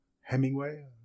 Hemingway